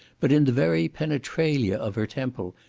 but in the very penetralia of her temple,